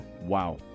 Wow